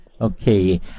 Okay